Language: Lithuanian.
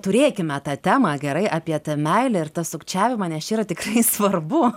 turėkime tą temą gerai apie tą meilę ir tą sukčiavimą nes čia yra tikrai svarbu